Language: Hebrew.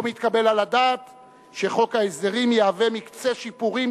לא מתקבל על הדעת שחוק ההסדרים יהווה מקצה שיפורים